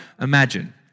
imagine